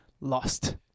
lost